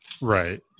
Right